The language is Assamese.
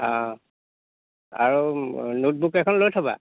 আৰু নোটবুক এখন লৈ থ'বা